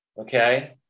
okay